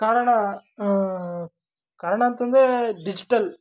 ಕಾರಣಾ ಕಾರಣ ಅಂತ ಅಂದ್ರೆ ಡಿಜಿಟಲ್